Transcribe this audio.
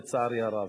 לצערי הרב,